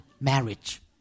marriage